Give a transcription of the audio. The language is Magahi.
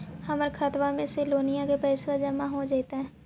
हमर खातबा में से लोनिया के पैसा जामा हो जैतय?